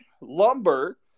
lumber